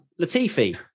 Latifi